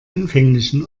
anfänglichen